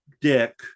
dick